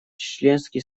членский